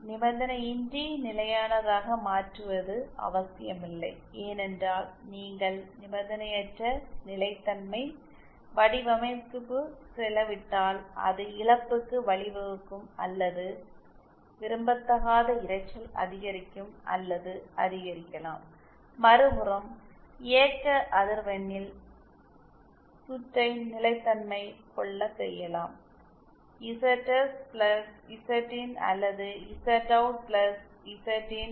நிபந்தனையின்றி நிலையானதாக மாற்றுவது அவசியமில்லை ஏனென்றால் நீங்கள் நிபந்தனையற்ற நிலைத்தன்மை வடிவமைப்புக்கு செலவிட்டால் அது இழப்புக்கு வழிவகுக்கும் அல்லது விரும்பத்தகாத இரைச்சல் அதிகரிக்கும் அல்லது அதிகரிக்கலாம் மறுபுறம் இயக்க அதிர்வெண்ணில் சுற்றை நிலைத்தன்மை கொள்ள செய்யலாம் இசட்எஸ் பிளஸ் இசட்இன் அல்லது இசட்அவுட் பிளஸ் இசட்இன்